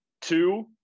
Two